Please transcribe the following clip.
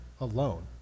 alone